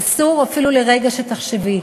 אסור אפילו לרגע שתחשבי